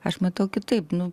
aš matau kitaip nu